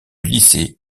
lycée